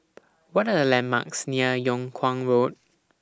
What Are The landmarks near Yung Kuang Road